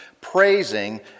praising